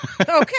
Okay